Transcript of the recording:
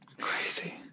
Crazy